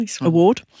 award